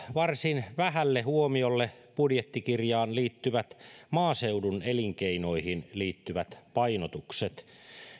varsin vähälle huomiolle budjettikirjaan liittyvät maaseudun elinkeinoihin liittyvät painotukset